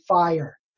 fire